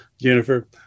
Jennifer